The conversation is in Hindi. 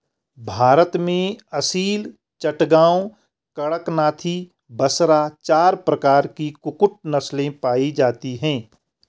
भारत में असील, चटगांव, कड़कनाथी, बसरा चार प्रकार की कुक्कुट नस्लें पाई जाती हैं